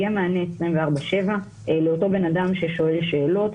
יהיה מענה 24/7 לאותו בן אדם ששואל שאלות,